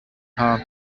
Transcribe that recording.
haar